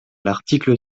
l’article